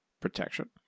protection